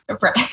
Right